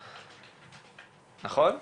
נכון?